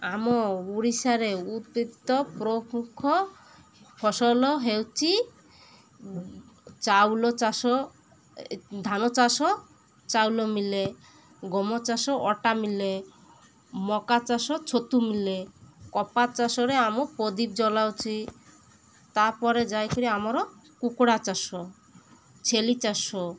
ଆମ ଓଡ଼ିଶାରେ ପ୍ରମୁଖ ଫସଲ ହେଉଛି ଚାଉଳ ଚାଷ ଧାନ ଚାଷ ଚାଉଳ ମିଳେ ଗହମ ଚାଷ ଅଟା ମିଳେ ମକା ଚାଷ ଛତୁ ମିଳେ କପା ଚାଷରେ ଆମ ପ୍ରଦୀପ ଜଳାଉଛି ତା'ପରେ ଯାଇକରି ଆମର କୁକୁଡ଼ା ଚାଷ ଛେଳି ଚାଷ